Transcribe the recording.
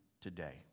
today